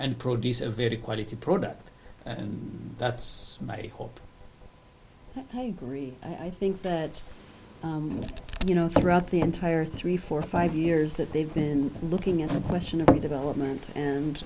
and produce a very quality product and that's my hope i think that you know throughout the entire three four five years that they've been looking at the question of development and